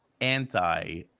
anti